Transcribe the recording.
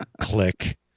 Click